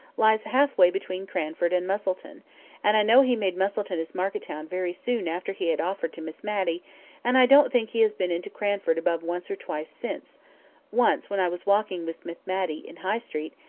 lies half-way between cranford and misselton and i know he made misselton his market-town very soon after he had offered to miss matty and i don't think he has been into cranford above once or twice since once, when i was walking with miss matty, in high street,